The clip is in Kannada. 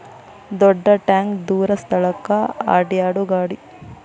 ದೊಡ್ಡ ಟ್ಯಾಂಕ ದೂರ ಸ್ಥಳಕ್ಕ ಅಡ್ಯಾಡು ಗಾಡಿ